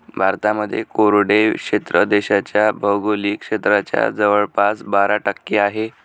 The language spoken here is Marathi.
भारतामध्ये कोरडे क्षेत्र देशाच्या भौगोलिक क्षेत्राच्या जवळपास बारा टक्के आहे